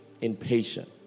impatient